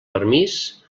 permís